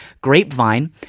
Grapevine